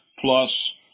plus